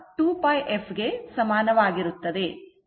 ω 2πf ಗೆ ಸಮಾನವಾಗಿರುತ್ತದೆ